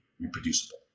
reproducible